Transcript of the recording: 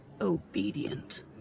obedient